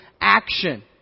action